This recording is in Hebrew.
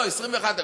21,